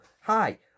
hi